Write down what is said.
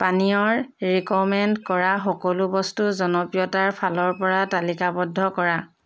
পানীয়ৰ ৰিক'মেণ্ড কৰা সকলো বস্তু জনপ্ৰিয়তাৰ ফালৰপৰা তালিকাবদ্ধ কৰা